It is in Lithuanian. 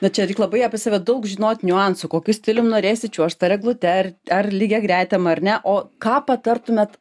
na čia reik labai apie save daug žinot niuansų kokiu stilium norėsi čiuožt ar eglute ar ar lygiagretėm ar ne o ką patartumėt